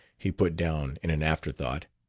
he put down in an afterthought,